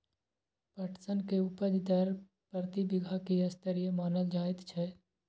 पटसन के उपज दर प्रति बीघा की स्तरीय मानल जायत छै?